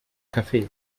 café